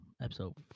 episode